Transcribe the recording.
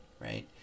Right